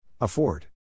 Afford